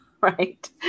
right